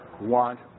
want